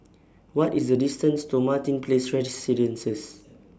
What IS The distance to Martin Place Residences